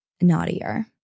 naughtier